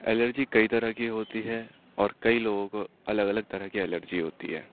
allergy کئی طرح کی ہوتی ہے اور کئی لوگوں کو الگ الگ طرح کی الرجی ہوتی ہے